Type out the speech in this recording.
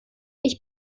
ich